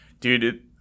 dude